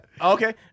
Okay